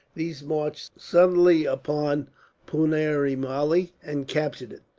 these marched suddenly upon punemalli and captured it,